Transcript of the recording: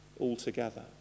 altogether